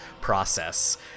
process